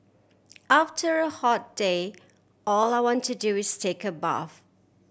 after hot day all I want to do is take a bath